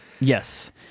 Yes